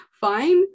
fine